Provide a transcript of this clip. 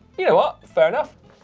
you know what, fair enough.